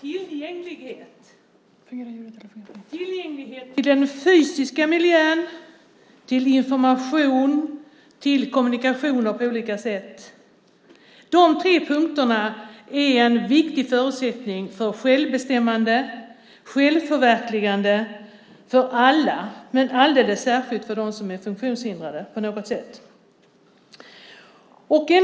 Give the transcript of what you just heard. Tillgänglighet till den fysiska miljön, till information och till kommunikation på olika sätt är tre punkter som är viktiga förutsättningar för självbestämmande och självförverkligande för alla, men alldeles särskilt för dem som är funktionshindrade på något sätt.